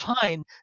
fine